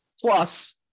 Plus